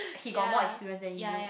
he got more experience than you